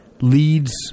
leads